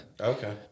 Okay